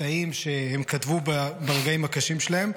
קטעים שהן כתבו ברגעים הקשים שלהן.